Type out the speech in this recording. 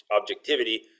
objectivity